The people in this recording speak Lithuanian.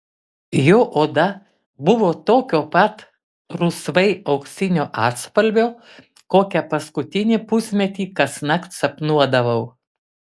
jo oda buvo tokio pat rusvai auksinio atspalvio kokią paskutinį pusmetį kasnakt sapnuodavau